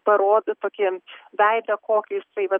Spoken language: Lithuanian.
parodo tokį veidą kokį jisai